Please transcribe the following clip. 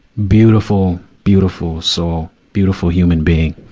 beautiful, beautiful soul. beautiful human being.